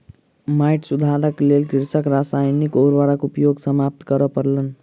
माइट सुधारक लेल कृषकक रासायनिक उर्वरक उपयोग समाप्त करअ पड़लैन